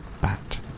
bat